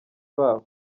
babo